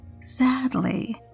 Sadly